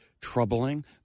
troubling